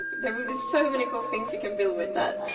there will be so many cool things you can build with that.